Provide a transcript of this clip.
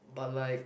but like